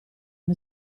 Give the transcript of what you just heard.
una